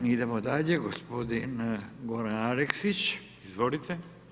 Mi idemo dalje gospodin Goran Aleksić, izvolite.